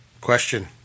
Question